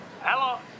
Hello